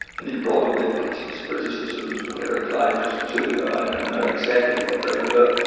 and he probably had his criticisms of heraclitus too, though i don't know exactly what they were.